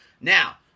Now